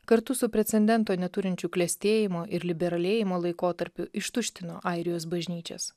kartu su precedento neturinčiu klestėjimo ir liberalizmo laikotarpiu ištuštino airijos bažnyčias